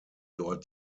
dort